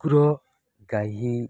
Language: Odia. କୁକୁର ଗାଈ